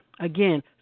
again